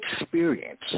experience